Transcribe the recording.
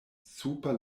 super